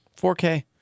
4k